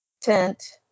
tent